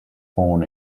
born